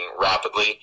rapidly